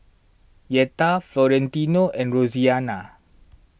Yetta Florentino and Roseanna